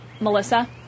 Melissa